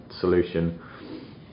solution